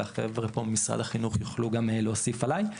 והחבר'ה פה ממשרד החינוך יוכלו גם להוסיף עלי.